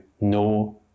no